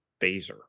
phaser